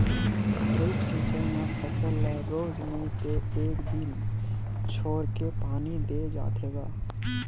drip सिचई म फसल ल रोज नइ ते एक दिन छोरके पानी दे जाथे ग